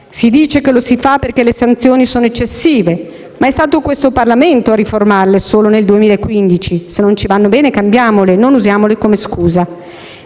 Si dice che lo si fa perché le sanzioni sono eccessive, ma è stato questo Parlamento a riformarle solo nel 2015. Se non ci vanno bene cambiamole e non usiamole come scusa.